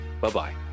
bye-bye